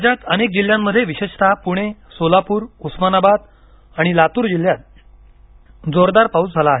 राज्यात अनेक जिल्ह्यांमध्ये विशेषतः पुणे सोलापूर उस्मानाबाद आणि लातूर जिल्ह्यात जोरदार पाऊस झाला आहे